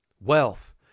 wealth